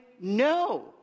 no